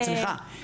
סליחה,